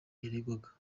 yaregwaga